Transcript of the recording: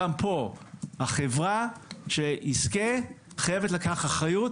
גם פה החברה שתזכה חייבת לקחת אחריות